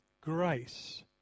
grace